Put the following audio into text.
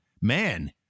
Man